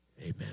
Amen